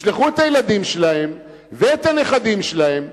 ישלחו את הילדים שלהם ואת הנכדים שלהם,